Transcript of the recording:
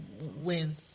win